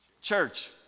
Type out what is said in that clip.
Church